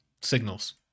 signals